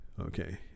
okay